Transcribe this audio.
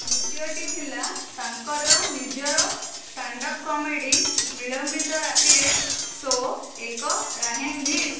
ଦ୍ୱିତୀୟଟି ଥିଲା ତାଙ୍କର ନିଜର ଷ୍ଟାଣ୍ଡଅପ୍ କମେଡି ବିଳମ୍ବିତ ରାତିରେ ଶୋ ଏକ ରାହିନ୍ ଭିର୍